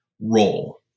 role